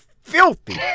Filthy